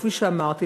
כפי שאמרתי,